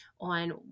on